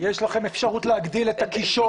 יש לכם אפשרות להגדיל את הקישון,